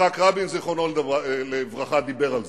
יצחק רבין זיכרונו לברכה דיבר על זה,